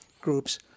groups